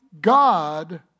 God